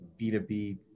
B2B